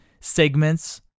segments